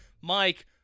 Mike